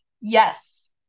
Yes